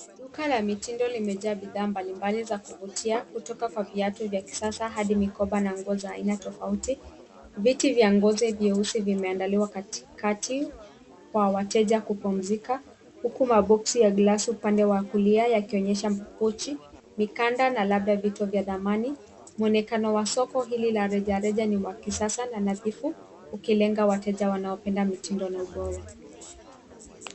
Duka la mitindo mipya imejaza maduka, ikinivutia kwa mvuto na ubunifu wake. Kuanzia viatu vya kisasa hadi mikoba na mavazi ya ngozi, ubora wake hauna kifani. Bidhaa za ngozi zilizotengenezwa kwa ustadi zimeandaliwa kwa wateja wanaothamini faraja na ubora wa hali ya juu. Kwenye boksi la glasi upande wa kulia, vinaonyeshwa mikoba, mikanda na vito vya thamani vinavyong’aa kwa upekee. Muonekano wa soko hili la kifahari unaakisi mtindo wa kisasa, ubunifu na umaridadi unaolenga kuvutia wapenzi wa mitindo na ubora.